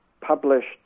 published